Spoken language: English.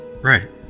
Right